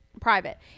private